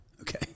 Okay